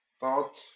thought